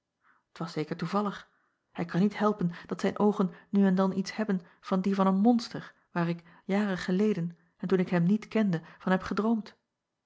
t as zeker toevallig hij kan niet helpen dat zijn oogen nu en dan iets hebben van die van een monster waar ik jaren geleden en toen ik hem niet kende van heb gedroomd